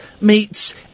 meets